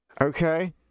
okay